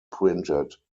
printed